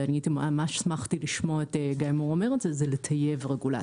ואני ממש שמחתי לשמוע את גיא מור אומר את זה זה לטייב רגולציה.